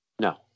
No